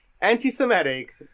anti-Semitic